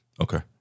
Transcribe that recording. okay